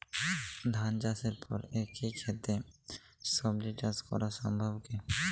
ধান চাষের পর একই ক্ষেতে সবজি চাষ করা সম্ভব কি?